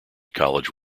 college